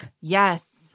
Yes